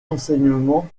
enseignement